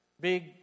big